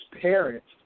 parents